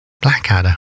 Blackadder